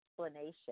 explanation